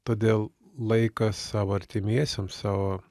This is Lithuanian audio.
todėl laikas savo artimiesiems savo